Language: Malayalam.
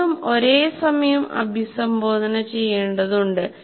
മൂന്നും ഒരേ സമയം അഭിസംബോധന ചെയ്യേണ്ടതുണ്ട്